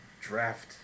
draft